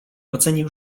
ocenił